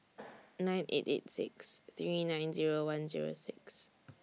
nine eight eight six three nine Zero one Zero six